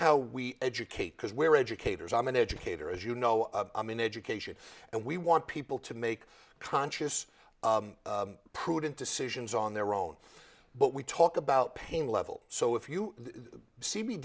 how we educate because where educators i'm an educator as you know i'm in education and we want people to make conscious prudent decisions on their own but we talk about pain level so if you see me